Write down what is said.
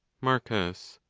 marcus.